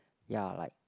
ya like